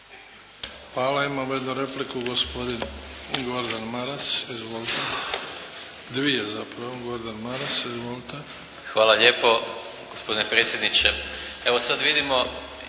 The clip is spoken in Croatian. Hvala. Imamo jednu repliku, gospodin Gordan Maras. Izvolite. Dvije zapravo. Gordan Maras. Izvolite. **Maras, Gordan (SDP)** Hvala lijepo gospodine predsjedniče. Evo, sad vidimo